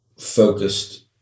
focused